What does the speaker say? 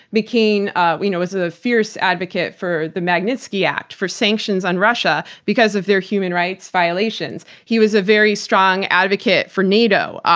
mccain ah you know was a fierce advocate for the magnitsky actfor sanctions on russia because of their human rights violations. he was a very strong advocate for nato.